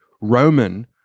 roman